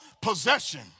possession